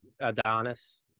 adonis